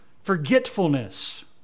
forgetfulness